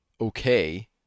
okay